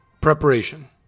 Preparation